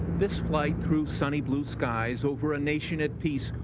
this flight through sunny blue skies over a nation at peace,